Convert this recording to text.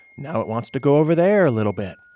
now it wants to go over there a little bit.